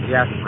Yes